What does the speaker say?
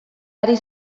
ari